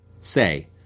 Say